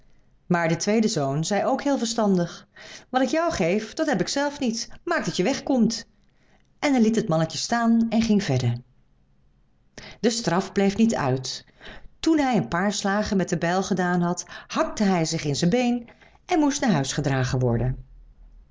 maar de tweede zoon zei ook heel verstandig wat ik jou geef dat heb ik zelf niet maak dat je weg komt en hij liet het mannetje staan en ging verder de straf bleef niet uit toen hij een paar slagen met de bijl gedaan had hakte hij zich in zijn been en moest naar huis gedragen worden